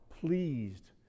pleased